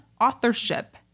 authorship